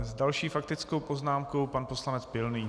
S další faktickou poznámkou pan poslanec Pilný.